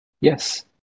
Yes